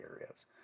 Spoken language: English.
areas